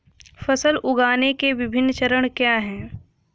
फसल उगाने के विभिन्न चरण क्या हैं?